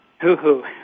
Hoo-hoo